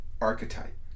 archetype